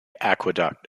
aqueduct